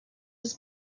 his